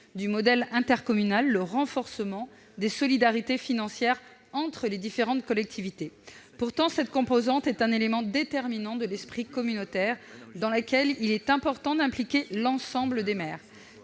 du modèle intercommunal : le renforcement des solidarités financières entre les différentes collectivités. Cette composante est pourtant un élément déterminant de l'esprit communautaire, dans lequel il est important d'impliquer l'ensemble des maires.